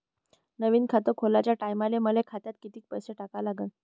नवीन खात खोलाच्या टायमाले मले खात्यात कितीक पैसे टाका लागन?